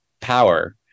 power